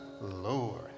Lord